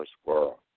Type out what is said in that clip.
squirrel